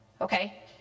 okay